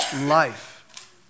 life